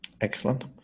Excellent